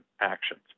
actions